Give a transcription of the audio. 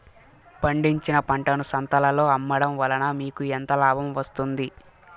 పండించిన పంటను సంతలలో అమ్మడం వలన మీకు ఎంత లాభం వస్తుంది?